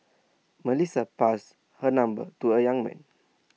Melissa passed her number to A young man